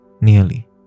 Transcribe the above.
Nearly